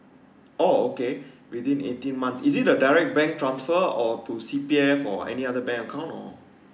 oh okay within eighteen months is it a direct bank transfer or to C_P_F or any other bank account or